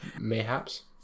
Mayhaps